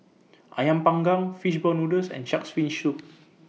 Ayam Panggang Fish Ball Noodles and Shark's Fin Soup